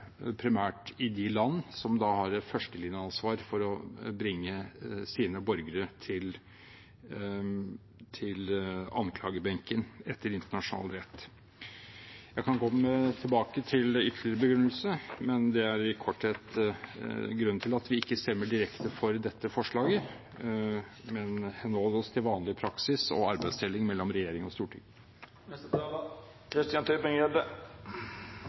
primært i de land som har et førstelinjeansvar for å bringe sine borgere til anklagebenken etter internasjonal rett. Jeg kan komme tilbake til ytterligere begrunnelse, men det er i korthet grunnen til at vi ikke stemmer direkte for dette forslaget, men holder oss til vanlig praksis og arbeidsdeling mellom regjering og storting. Til førstnevnte taler: